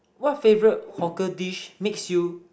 what favourite hawker dish makes you